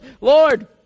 Lord